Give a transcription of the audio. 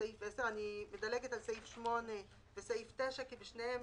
אני מדלגת על סעיף 8 וסעיף 9, כי שניהם